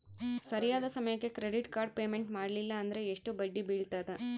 ಸರಿಯಾದ ಸಮಯಕ್ಕೆ credit card payment ಮಾಡಲಿಲ್ಲ ಅಂದ್ರೆ ಎಷ್ಟು ಬಡ್ಡಿ ಬೇಳ್ತದ?